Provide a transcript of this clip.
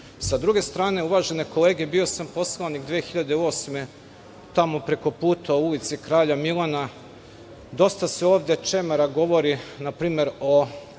druge strane, uvažene kolege, bio sam poslanik 2008. godine tamo preko puta ulice, u Kralja Milana. Dosta se ovde čemera govori na primer o